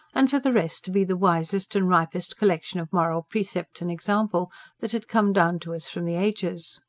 and, for the rest, to be the wisest and ripest collection of moral precept and example that had come down to us from the ages.